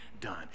done